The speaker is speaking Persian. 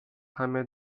همه